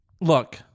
Look